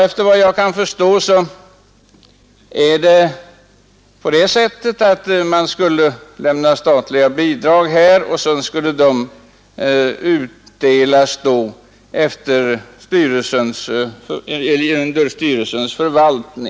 Efter vad jag förstår skulle staten lämna bidrag, vilka styrelsen hade att förvalta.